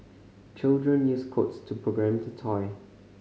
children used codes to program the toy